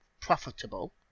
profitable